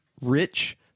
rich